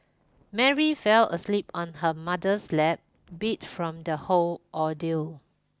Mary fell asleep on her mother's lap beat from the whole ordeal